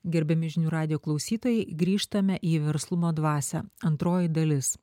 gerbiami žinių radijo klausytojai grįžtame į verslumo dvasią antroji dalis